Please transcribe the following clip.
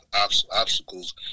obstacles